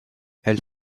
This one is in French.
elle